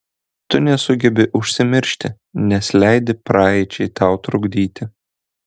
tu nesugebi užsimiršti nes leidi praeičiai tau trukdyti